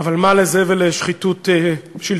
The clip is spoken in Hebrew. אבל מה לזה ולשחיתות שלטונית?